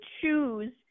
choose